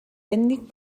ètnic